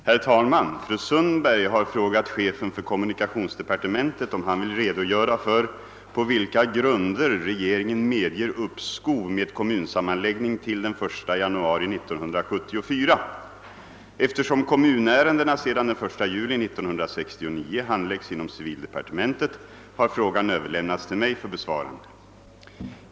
Herr talmån! Fru Sundberg har frågat chefen för kommunikationsdeparte mentet om han vill redogöra för på vilka grunder regeringen medger uppskov med kommunsammanläggning till den 1 januari 1974. Eftersom kommunärendena sedan den 1 juli 1969 handläggs inom «civildepartementet har frågan överlämnats till mig för besvarande.